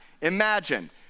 Imagine